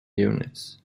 units